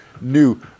new